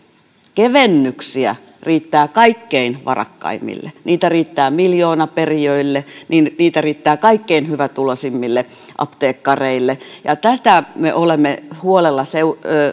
kevennyksiä riittää kaikkein varakkaimmille niitä riittää miljoonaperijöille niitä riittää kaikkein hyvätuloisimmille apteekkareille ja ja tätä kehitystä me olemme